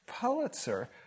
Pulitzer